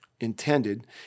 intended